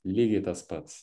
lygiai tas pats